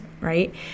right